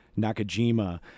Nakajima